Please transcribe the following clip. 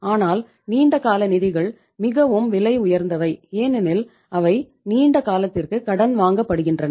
ஆனால் நீண்ட கால நிதிகள் மிகவும் விலை உயர்ந்தவை ஏனெனில் அவை நீண்ட காலத்திற்கு கடன் வாங்கப்படுகின்றன